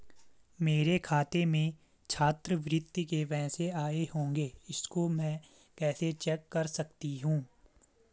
मेरे खाते में छात्रवृत्ति के पैसे आए होंगे इसको मैं कैसे चेक कर सकती हूँ?